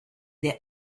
their